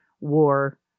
war